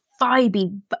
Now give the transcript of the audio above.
vibey